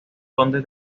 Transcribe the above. conde